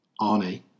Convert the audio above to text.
Arnie